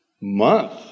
month